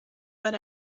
but